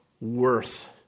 worth